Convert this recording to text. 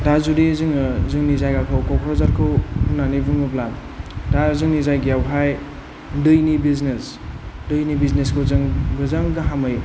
दा जुदि जोङो जोंनि जायगाखौ कक्राझारखौ होनानै बुङोब्ला दा जोंनि जायगायावहाय दैनि बिजनेस दैनि बिजनेस खौ जों मोजां गाहामै